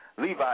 Levi